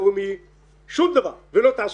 לא ביטוח לאומי ולא תעסוקה,